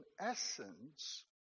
essence